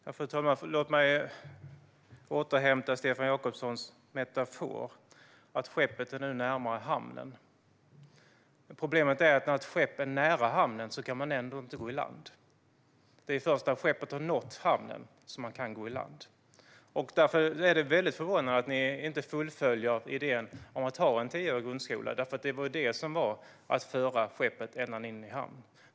Fru talman! Låt mig återanvända Stefan Jakobssons metafor. Problemet är att även om skeppet är nära hamn kan man inte gå i land. Det är först när skeppet har nått hamn man kan gå i land. Därför är det förvånande att ni inte fullföljer idén om att ha en tioårig grundskola, för det är ju att föra skeppet ända in i hamn.